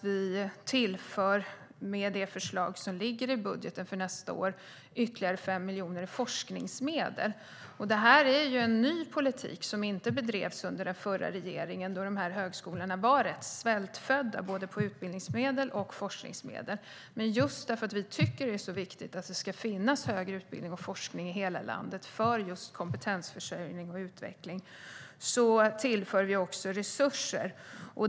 Vi tillför, med det förslag som ligger i budgeten för nästa år, ytterligare 5 miljoner i forskningsmedel. Det är en ny politik som inte bedrevs under den förra regeringen, då dessa högskolor var rätt svältfödda på både utbildningsmedel och forskningsmedel. Eftersom vi tycker att det är viktigt att det finns högre utbildning och forskning i hela landet för kompetensförsörjning och utveckling tillför vi resurser.